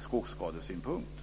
skogsskadesynpunkt.